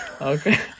Okay